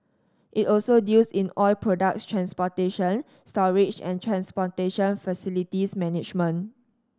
it also deals in oil products transportation storage and transportation facilities management